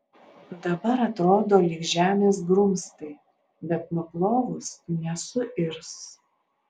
dabar atrodo lyg žemės grumstai bet nuplovus nesuirs